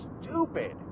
stupid